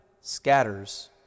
scatters